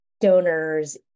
donors